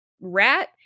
rat